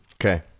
okay